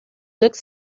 looked